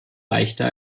leichter